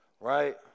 right